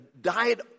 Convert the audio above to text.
died